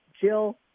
Jill